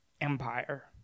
empire